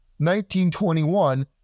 1921